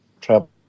travel